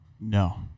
No